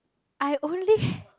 I only